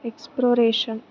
expression